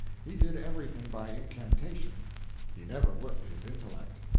he did everything by incantations he never worked his intellect.